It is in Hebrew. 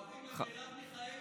ג'ובים למרב מיכאלי,